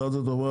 שרת התחבורה,